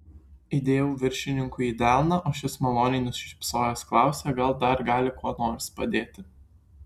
įdėjau viršininkui į delną o šis maloniai nusišypsojęs klausė gal dar gali kuo nors padėti